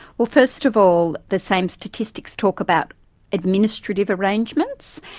well first of all the same statistics talk about administrative arrangements,